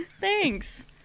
thanks